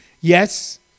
Yes